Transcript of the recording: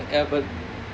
!wah! ya but